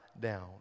down